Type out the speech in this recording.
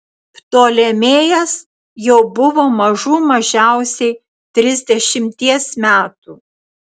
ptolemėjas jau buvo mažų mažiausiai trisdešimties metų